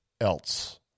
else